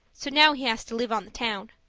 so now he has to live on the town.